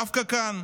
דווקא כאן,